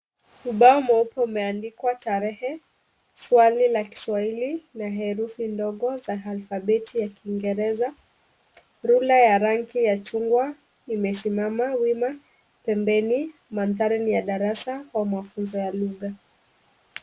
Ubao mweupe umeandikwa tarehe, swali la kiswahili la herufi ndogo za alfabeti ya kiingereza, rula ya rangi ya chungwa imesimama wima pembeni. Mandhari ni ya darasa au mafunzo ya lugha.